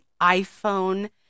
iPhone